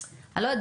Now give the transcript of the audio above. אני לא יודעת,